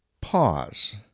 pause